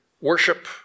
worship